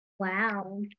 Wow